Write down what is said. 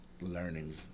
learning